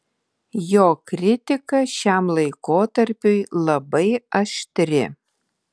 jo kritika šiam laikotarpiui labai aštri